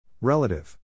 Relative